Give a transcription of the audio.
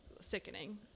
sickening